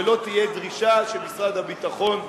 ולא תהיה דרישה שמשרד הביטחון יביא,